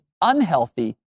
unhealthy